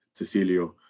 Cecilio